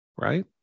right